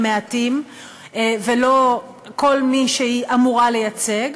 מעטים ולא כל מי שהיא אמורה לייצג,